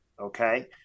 Okay